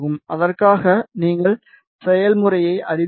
அதற்காக நீங்கள் செயல்முறையை அறிவீர்கள்